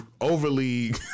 overly